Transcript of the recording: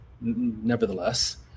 Nevertheless